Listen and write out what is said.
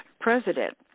president